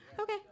Okay